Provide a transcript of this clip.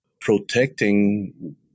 protecting